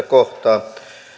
kohtaa